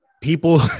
people